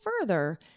further